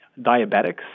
diabetics